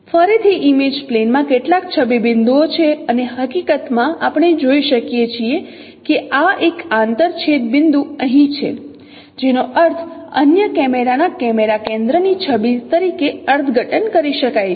ફરીથી image plane માં કેટલાક છબી બિંદુઓ છે અને હકીકત માં આપણે જોઈ શકીએ છીએ કે આ એક આંતર છેદ બિંદુ અહીં છે જેનો અર્થ અન્ય કેમેરાના કેમેરા કેન્દ્ર ની છબી તરીકે અર્થઘટન કરી શકાય છે